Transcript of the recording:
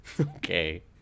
Okay